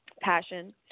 passion